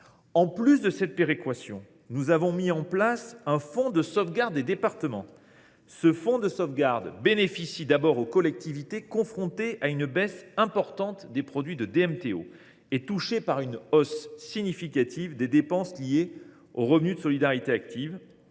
En plus de cette péréquation, nous avons mis en place un fonds de sauvegarde des départements. Ce fonds de sauvegarde bénéficie d’abord aux collectivités confrontées à une baisse importante du produit des DMTO et touchées par une hausse significative des dépenses liées au revenu de solidarité active,